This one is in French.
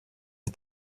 est